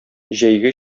җәйге